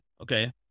Okay